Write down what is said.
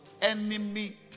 enemy